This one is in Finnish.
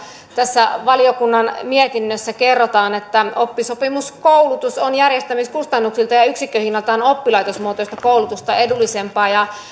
tässä valiokunnan mietinnössä kerrotaan että oppisopimuskoulutus on järjestämiskustannuksiltaan ja yksikköhinnaltaan oppilaitosmuotoista koulutusta edullisempaa